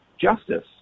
justice